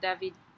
David